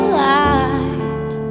light